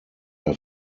are